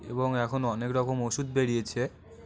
এবং এখন অনেক রকম ওষুধ বেরিয়েছে